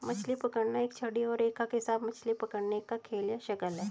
मछली पकड़ना एक छड़ी और रेखा के साथ मछली पकड़ने का खेल या शगल है